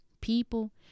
people